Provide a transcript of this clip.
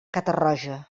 catarroja